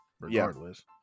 regardless